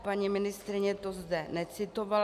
Paní ministryně to zde necitovala.